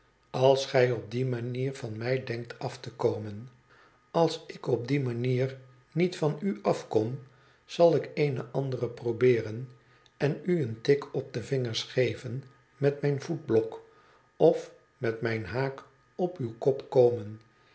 als gij op die manier van mij denkt af te komen als ik op die manier niet van u afkom zal ik eene andere probeeren en u een tik op de vingers geven met mijn voetblok of met mijn haak op w kop komen